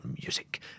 music